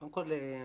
קודם כול,